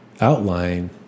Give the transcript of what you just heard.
outline